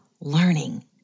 learning